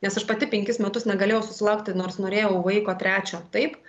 nes aš pati penkis metus negalėjau susilaukti nors norėjau vaiko trečio taip